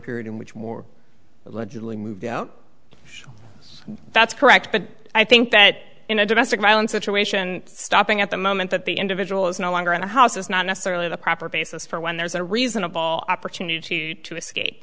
period in which more allegedly moved that's correct but i think that in a domestic violence situation stopping at the moment that the individual is no longer in the house is not necessarily the proper basis for when there's a reasonable opportunity to